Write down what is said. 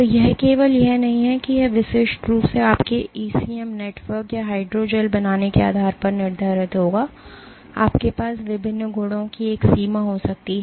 तो यह केवल यह नहीं है कि यह विशिष्ट रूप से आपके ईसीएम नेटवर्क या हाइड्रोजेल बनाने के आधार पर निर्धारित किया जाता है आपके पास विभिन्न गुणों की एक सीमा हो सकती है